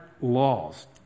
laws